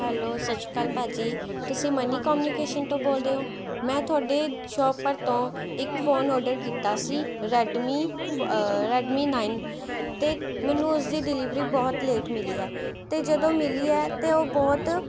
hello Sat Shri Akal ਭਾਅ ਜੀ ਤੁਸੀਂ money communication ਤੋਂ ਬੋਲਦੇ ਹੋ ਮੈਂ ਤੁਹਾਡੇ ਸ਼ੋਪ ਪਰ ਤੋਂ ਇੱਕ ਫ਼ੋਨ ਔਡਰ ਕੀਤਾ ਸੀ ਰੈਡਮੀ ਫ ਰੈਡਮੀ ਨਾਈਨ ਅਤੇ ਮੈਨੂੰ ਉਸਦੀ ਡਿਲੀਵਰੀ ਬਹੁਤ ਲੇਟ ਮਿਲੀ ਹੈ ਅਤੇ ਜਦੋਂ ਮਿਲੀ ਹੈ ਤਾਂ ਉਹ ਬਹੁਤ